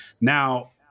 Now